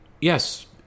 yes